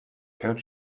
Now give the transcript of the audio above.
cannot